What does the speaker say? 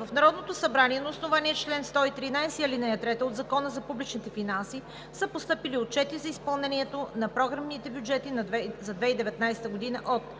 В Народното събрание на основание чл. 113, ал. 3 от Закона за публичните финанси са постъпили отчети за изпълнението на програмните бюджети за 2019 г. от